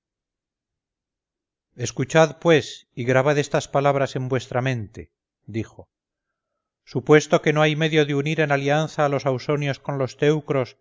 escuchad pues y grabad estas palabras en vuestra mente dijo supuesto que no hay medio de unir en alianza a los ausonios con los teucros